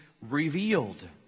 revealed